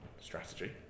strategy